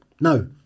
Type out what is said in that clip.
No